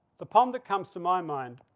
the pond that comes to my mind